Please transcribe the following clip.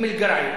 אום-אל-גרעי,